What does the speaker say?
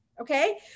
okay